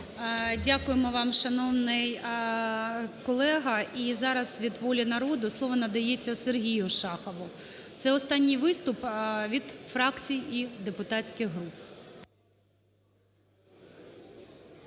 Дякуємо вам, шановний колего. І зараз від "Волі народу" слово надається Сергію Шахову. Це останній виступ від фракцій і депутатських груп.